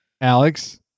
Alex